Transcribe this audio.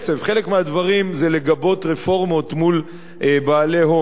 חלק מהדברים זה לגבות רפורמות מול בעלי הון.